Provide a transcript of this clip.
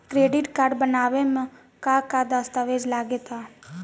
Credit card बनवावे म का का दस्तावेज लगा ता?